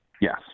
Yes